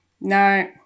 No